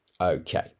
Okay